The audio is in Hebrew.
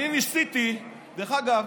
דרך אגב,